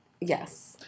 yes